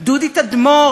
דודי תדמור,